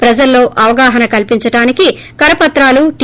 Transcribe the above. ప్రజల్లో అవగాహన కల్పించటానికి కర పత్రాలు టి